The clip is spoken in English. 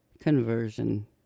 conversion